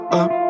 up